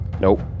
Nope